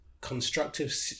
constructive